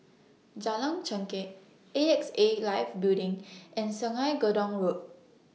Jalan Chengkek A X A Life Building and Sungei Gedong Road